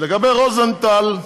לגבי רוזנטל,